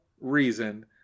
reason